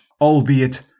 albeit